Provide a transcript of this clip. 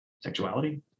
sexuality